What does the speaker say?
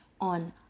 on